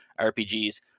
rpgs